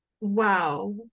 Wow